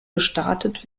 gestartet